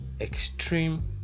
extreme